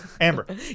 Amber